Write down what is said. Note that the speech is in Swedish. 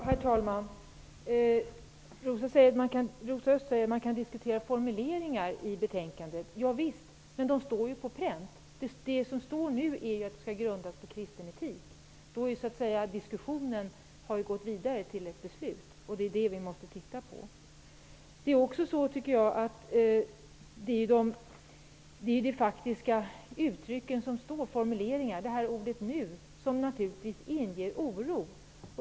Herr talman! Rosa Östh säger att man kan diskutera formuleringar i betänkandet. Ja visst, men de finns ju på pränt. Det som nu anförs är att det skall grundas på kristen etik. Diskussionen har närmat sig ett beslut, och det är dettas utformning som vi måste se på. Där finns faktiska formuleringar, och det är ordet nu som inger oro.